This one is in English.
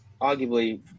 arguably